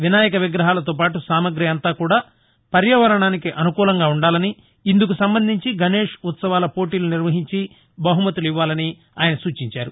వినాయక విగ్రహాలతో పాటు సామగ్రి అంతా కూడా పర్యావరణానికి అనుకూలంగా ఉండాలని ఇందుకు సంబంధించి గణేష్ ఉత్సవాల పోటీలు నిర్వహించి బహుమతులు ఇవ్వాలని ఆయన సూచించారు